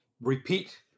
repeat